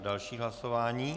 Další hlasování.